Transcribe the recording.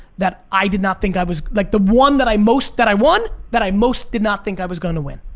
that i did not think i was, like the one that i most, that i won, that i most did not think i was going to win?